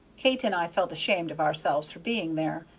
kate and i felt ashamed of ourselves for being there.